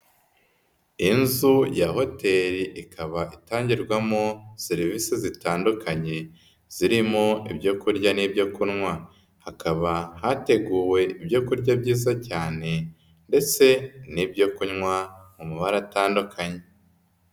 Inzu ya hoteri ikaba itangirwamo serivisi zitandukanye, zirimo ibyo kurya n'ibyo kunywa, hakaba hateguwe ibyo kurya byiza cyane ndetse n'ibyo kunywa, mu mabara atandukanye.